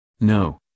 No